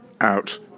out